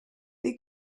they